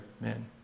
men